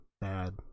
bad